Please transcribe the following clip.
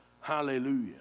Hallelujah